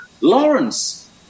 Lawrence